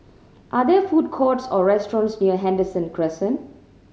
are there food courts or restaurants near Henderson Crescent